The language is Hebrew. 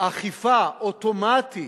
אכיפה אוטומטית